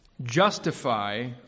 justify